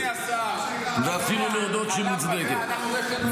אדוני השר, אתה יודע, יש לנו ניסיון בזה.